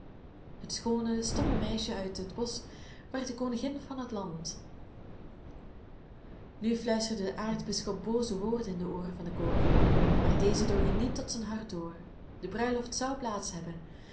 het schoone stomme meisje uit het bosch werd de koningin van het land nu fluisterde de aartsbisschop booze woorden in de ooren van den koning maar deze drongen niet tot zijn hart door de bruiloft zou plaats hebben